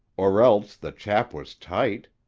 or else the chap was tight.